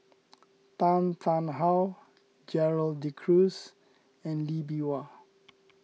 Tan Tarn How Gerald De Cruz and Lee Bee Wah